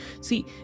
see